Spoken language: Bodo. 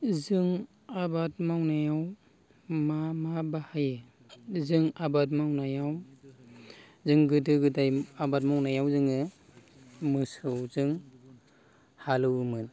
जों आबाद मावनायाव मा मा बाहायो जों आबाद मावनायाव जों गोदो गोदाय आबाद मावनायाव जोङो मोसौ जों हालौवोमोन